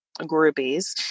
groupies